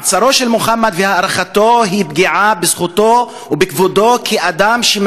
מעצרו של מוחמד והארכתו הם פגיעה בזכותו ובכבודו כאדם.